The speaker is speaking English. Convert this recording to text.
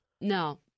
No